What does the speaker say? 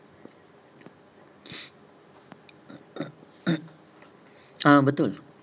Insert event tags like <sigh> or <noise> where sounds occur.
<breath> <coughs> ah betul